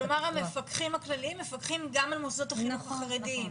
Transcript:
כלומר המפקחים הכלליים מפקחים גם על מוסדות החינוך החרדיים?